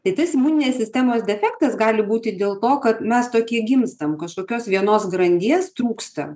tai tas imuninės sistemos defektas gali būti dėl to kad mes tokie gimstam kažkokios vienos grandies trūksta